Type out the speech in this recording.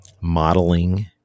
modeling